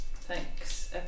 Thanks